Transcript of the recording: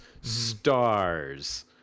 Stars